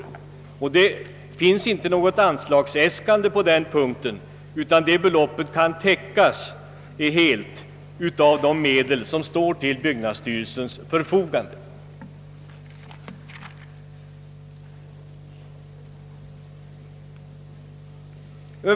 På den punkten finns inte något anslagsäskande, utan heloppet kan helt täckas av de medel som står till byggnadsstyrelsens förfogande.